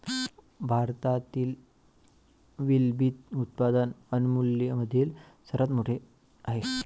भारतातील विलंबित उत्पादन अमूलमधील सर्वात मोठे आहे